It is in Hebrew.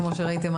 כמו שראיתם,